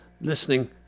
listening